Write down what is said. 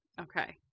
Okay